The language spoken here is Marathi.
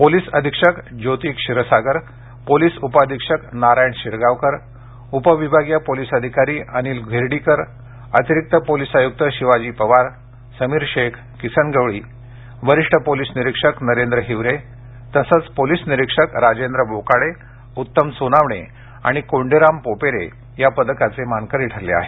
पोलीस अधिक्षक ज्योती क्षीरसागर पोलीस उपअधिक्षक नारायण शिरगावकर उपविभागीय पोलीस अधिकारी अनिल घेर्डीकर अतिरिक्त पोलीस आयुक्त शिवाजी पवार समीर शेख किसन गवळी वरीष्ठ पोलीस निरीक्षक नरेंद्र हिवरे तसंच पोलीस निरीक्षक राजेंद्र बोकाडे उत्तम सोनावणे आणि कोंडीराम पोपेरे या पदकाचे मानकरी ठरले आहेत